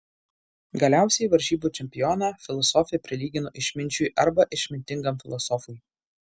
galiausiai varžybų čempioną filosofė prilygino išminčiui arba išmintingam filosofui